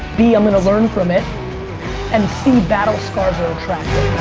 b, i'm gonna learn from it and c, battle scars are attractive.